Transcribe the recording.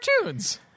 cartoons